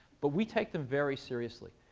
but we take them very seriously.